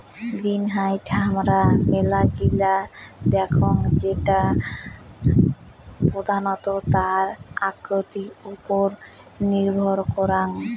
greenhouse হামারা মেলা গিলা দেখঙ যেটা প্রধানত তার আকৃতির ওপর নির্ভর করাং